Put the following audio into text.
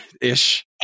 Ish